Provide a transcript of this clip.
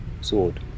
sword